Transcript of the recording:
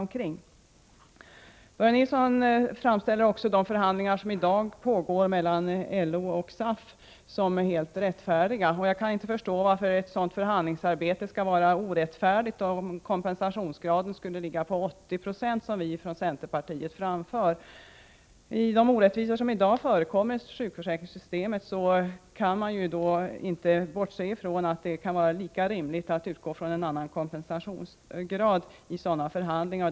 Börje Nilsson framställer också de förhandlingar som nu pågår mellan LO och SAF som helt rättfärdiga. Jag kan inte förstå varför ett förhandlingsarbete skulle vara orättfärdigt om kompensationsgraden skulle ligga på 80 96, såsom vi från centern föreslår. Beträffande de orättvisor som i dag förekommer i sjukförsäkringssystemet kan man inte bortse från att det kan vara lika rimligt att utgå från en annan kompensationsgrad i sådana förhandlingar.